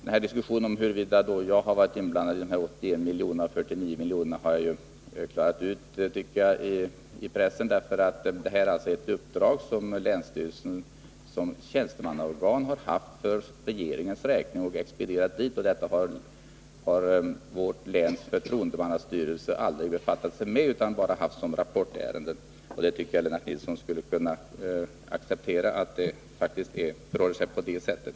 Frågan om huruvida jag har varit inblandad när det gäller de 81 miljonerna och de 41 miljonerna tycker jag att jag klarat ut i pressen. Det här är alltså ett uppdrag som länsstyrelsen såsom tjänstemannaorgan har haft för regeringens räkning och expedierat dit. Detta har vårt läns förtroendemannastyrelse aldrig befattat sig med utan bara haft som rapportärende. Jag tycker att Lennart Nilsson skulle kunna acceptera att det faktiskt förhåller sig på det sättet.